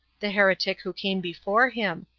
the heretic who came before him,